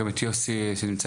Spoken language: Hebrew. נשמע